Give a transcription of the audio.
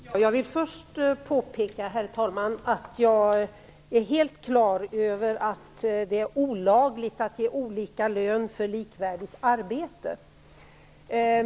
Herr talman! Jag vill först påpeka att jag är helt på det klara med att det är olagligt att ge olika lön för likvärdigt arbete.